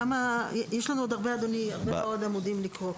יש עוד הרבה מאוד עמודים לקרוא.